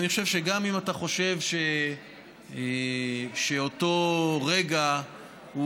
אני חושב שגם אם אתה חושב שאותו רגע הוא